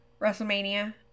WrestleMania